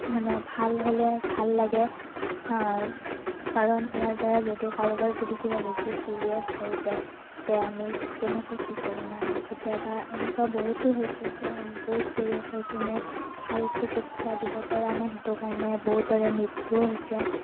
মানে ভাল হ'লে ভাল লাগে কাৰণ ইয়াৰ দ্বাৰা যদি কাৰোবাৰ যদি কিবা বেছি ছিৰিয়াছ হৈ যায় তে আমি কেনেকৈ কি কৰিম আমি কেতিয়াবা এনেকুৱা বহুতো হৈছে যে বহুত ছিৰিয়াছ হৈ কিনে ভাল চিকিৎসা দিব পৰা নাই সেইটো কাৰণে বহুতৰে মৃত্যুও হৈছে